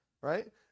right